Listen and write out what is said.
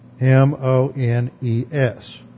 M-O-N-E-S